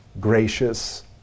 gracious